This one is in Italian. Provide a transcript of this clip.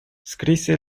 scrisse